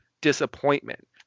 disappointment